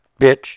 bitch